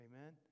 Amen